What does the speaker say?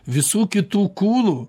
visų kitų kūnų